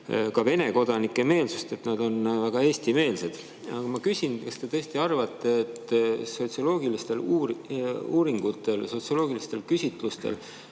ka Vene kodanike meelsust, et nad olevat väga eestimeelsed. Aga kas te tõesti arvate, et sotsioloogilistel uuringutel, sotsioloogilistel küsitlustel